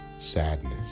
sadness